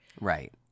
Right